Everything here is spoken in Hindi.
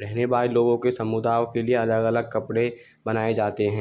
रहने वाले लोग के समुदाय के लिए अलग अलग कपड़े बनाए जाते हैं